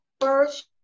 first